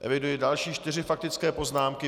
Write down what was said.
Eviduji další čtyři faktické poznámky.